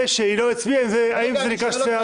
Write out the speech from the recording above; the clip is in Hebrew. שהיא לא הצביעה האם זה נקרא פרישה או לא?